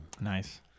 Nice